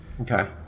okay